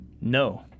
No